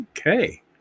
Okay